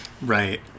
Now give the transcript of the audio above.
Right